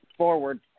Forward